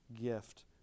gift